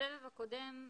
בסבב הקודם,